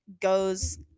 goes